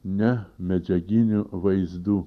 ne medžiaginių vaizdų